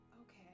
Okay